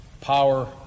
power